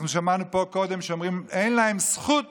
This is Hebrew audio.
אנחנו שמענו פה קודם שאומרים: אין להם זכות